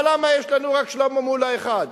אבל למה יש לנו רק שלמה מולה אחד?